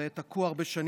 זה היה תקוע הרבה שנים,